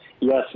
Yes